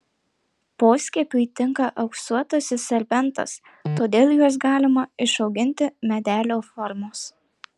poskiepiui tinka auksuotasis serbentas todėl juos galima išauginti medelio formos